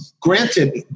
granted